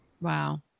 wow